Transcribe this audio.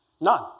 None